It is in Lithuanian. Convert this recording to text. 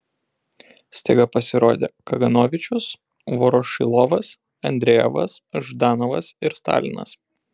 staiga pasirodė kaganovičius vorošilovas andrejevas ždanovas ir stalinas